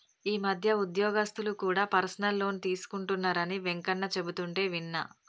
ఈ మధ్య ఉద్యోగస్తులు కూడా పర్సనల్ లోన్ తీసుకుంటున్నరని వెంకన్న చెబుతుంటే విన్నా